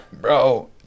Bro